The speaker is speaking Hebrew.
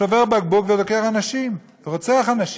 שובר בקבוק ודוקר אנשים, רוצח אנשים.